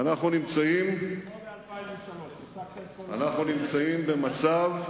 כמו ב-2003, כמו ב-2003, אנחנו במצב,